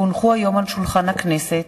כי הונחו היום על שולחן הכנסת,